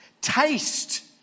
taste